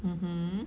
mmhmm